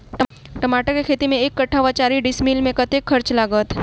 टमाटर केँ खेती मे एक कट्ठा वा चारि डीसमील मे कतेक खर्च लागत?